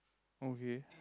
okay